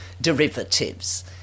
derivatives